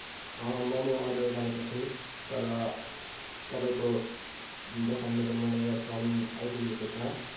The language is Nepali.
मोमो अर्डर गरेको थिएँ तर तपाईँको दोकानबाट मलाई यहाँ चाउमिन आइपुगेको छ